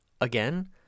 Again